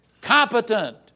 competent